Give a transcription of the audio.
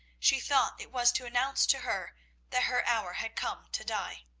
she thought it was to announce to her that her hour had come to die.